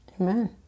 Amen